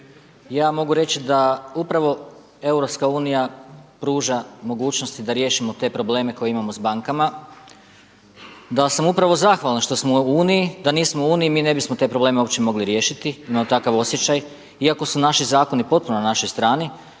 ja mogu reći da upravo Europska unija pruža mogućnosti da riješimo te probleme koje imamo s bankama, da sam upravo zahvalan što smo u uniji. Da nismo u uniji mi ne bismo te probleme uopće mogli riješiti, imam takav osjećaj, iako su naši zakoni potpuno na našoj strani.